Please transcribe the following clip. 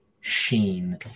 sheen